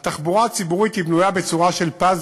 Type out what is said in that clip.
התחבורה הציבורית בנויה בצורה של פאזל.